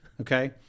Okay